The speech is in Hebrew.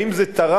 האם זה תרם